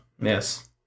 Yes